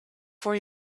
for